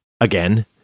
again